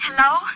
Hello